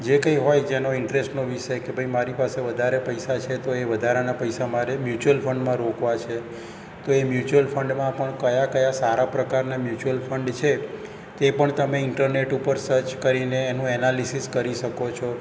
જે કંઇ હોય જે એનો ઇન્ટરેસ્ટનો વિષય કે ભાઈ મારી પાસે વધારે પૈસા છે તો એ વધારાના પૈસા મારે ફંડમાં રોકવા છે તો એ મ્યુચયલ ફંડમાં પણ કયા કયા સારા પ્રકારનાં ફંડ છે તે પણ તમે ઈન્ટરનેટ ઉપર સર્ચ કરીને એનું એનાલિસિસ કરી શકો છો